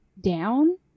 down